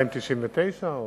299 או,